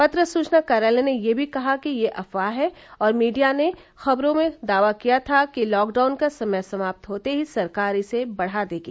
पत्र सूचना कार्यालय ने यह भी कहा कि यह अफवाह है और मीडिया ने खबरों में दावा किया था कि लॉकडाउन का समय समाप्त होते ही सरकार इसे बढ़ा देगी